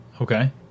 Okay